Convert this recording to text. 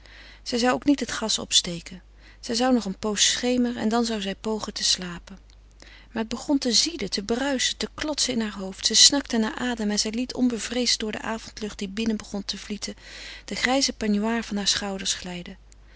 zij zou ook niet het gas opsteken zij zou nog een pooze schemeren en dan zou zij pogen te slapen maar het begon te zieden te bruisen te klotsen in haar hoofd zij snakte naar adem en zij liet onbevreesd voor de avondlucht die binnen begon te vlieten den grijzen peignoir van hare schouders glijden